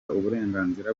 uburenganzira